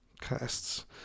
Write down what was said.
Casts